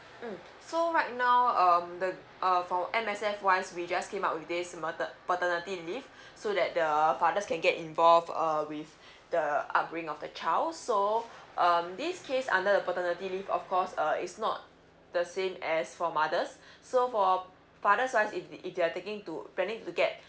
mm so right now um the uh for M_S_F wise we just came up with this mater~ paternity leave so that the fathers can get involve with the outbring of the child so um this case under the paternity leave of course uh it's not the same as for mothers so for father wise if if they're taking to planning to get